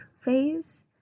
phase